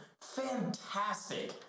fantastic